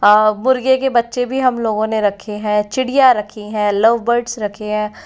हाँ मुर्गे के बच्चे भी हम लोगों ने रखें है चिड़ियाँ रखी है लव बर्ड्स रखें है